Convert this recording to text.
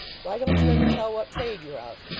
why don't you ever tell what trade you're of